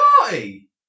party